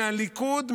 מהליכוד,